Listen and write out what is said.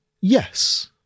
Yes